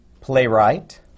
playwright